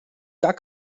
gar